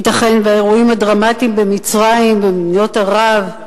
ייתכן שהאירועים הדרמטיים במצרים ובמדינות ערב,